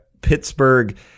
Pittsburgh